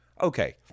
okay